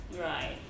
Right